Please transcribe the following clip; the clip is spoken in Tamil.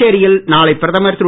புதுச்சேரியில் நாளை பிரதமர் திரு